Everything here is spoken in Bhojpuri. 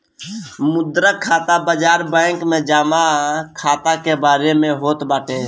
मुद्रा खाता बाजार बैंक जमा खाता के बारे में होत बाटे